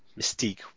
Mystique